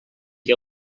qui